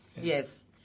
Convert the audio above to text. yes